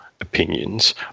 opinions